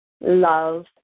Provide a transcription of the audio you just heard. love